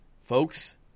Folks